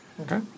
Okay